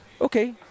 Okay